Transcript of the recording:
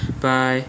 Bye